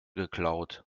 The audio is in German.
geklaut